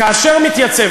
כאשר מתייצב,